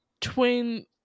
twin